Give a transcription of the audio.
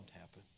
happen